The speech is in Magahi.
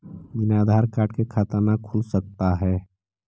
बिना आधार कार्ड के खाता न खुल सकता है?